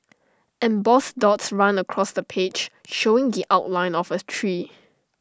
embossed dots run across the page showing outline of A tree